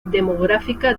demográfica